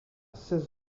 seize